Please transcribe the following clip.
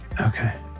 Okay